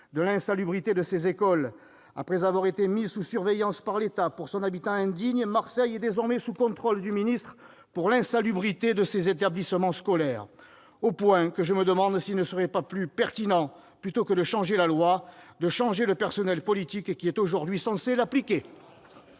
de l'insalubrité de ses écoles. Après avoir été mise sous surveillance par l'État pour son habitat indigne, Marseille est désormais sous contrôle du ministre pour l'insalubrité de ses établissements scolaires. J'en viens à me demander s'il ne serait pas plus pertinent, plutôt que de changer la loi, de changer le personnel politique qui est aujourd'hui censé l'appliquer